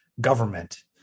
government